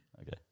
Okay